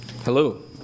Hello